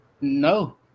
no